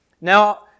Now